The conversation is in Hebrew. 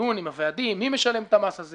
דיון עם הוועדים מי משלם את המס הזה